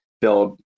build